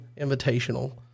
Invitational